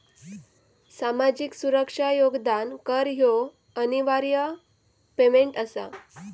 सामाजिक सुरक्षा योगदान कर ह्यो अनिवार्य पेमेंट आसा